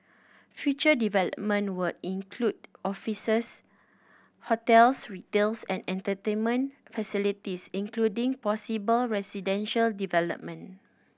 future development will include offices hotels retails and entertainment facilities including possible residential development